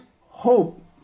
hope